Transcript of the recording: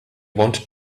wanted